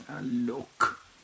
Look